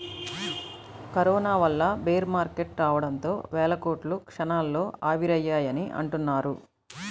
corona వల్ల bear market రావడంతో వేల కోట్లు క్షణాల్లో ఆవిరయ్యాయని అంటున్నారు